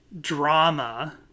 drama